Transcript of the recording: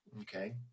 okay